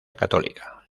católica